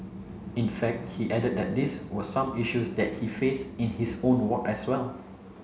in fact he added that these were some issues that he faced in his own ward as well